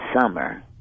summer